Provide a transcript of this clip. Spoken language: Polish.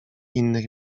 innych